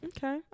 Okay